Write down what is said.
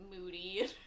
moody